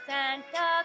Santa